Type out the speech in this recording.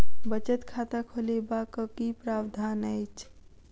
बचत खाता खोलेबाक की प्रावधान अछि?